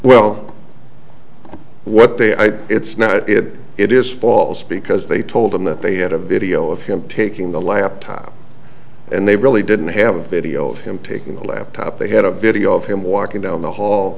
well what they are it's not it it is false because they told him that they had a video of him taking the laptop and they really didn't have a video of him taking a laptop they had a video of him walking down the hall